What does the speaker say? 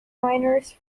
miners